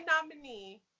nominee